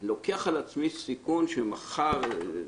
אני לוקח על עצמי סיכון שמחר כך וכך.